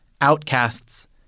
Outcasts